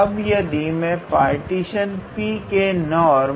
अब यदि मैं पार्टीशन P के नॉर्म